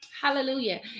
Hallelujah